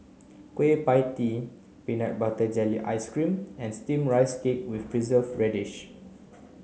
Kueh Pie Tee peanut butter jelly ice cream and steamed rice cake with preserved radish